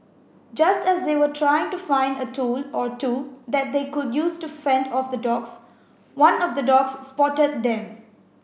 just as they were trying to find a tool or two that they could use to fend off the dogs one of the dogs spotted them